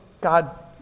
God